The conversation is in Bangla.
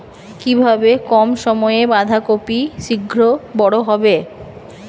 কিভাবে কম সময়ে বাঁধাকপি শিঘ্র বড় হবে?